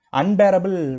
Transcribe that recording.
unbearable